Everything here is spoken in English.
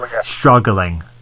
struggling